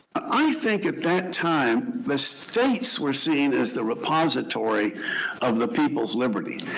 i think at that time the states were seen as the repository of the people's liberty.